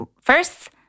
first